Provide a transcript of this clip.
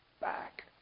back